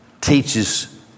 teaches